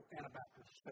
Anabaptist